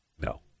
No